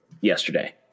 yesterday